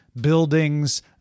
buildings